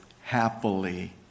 happily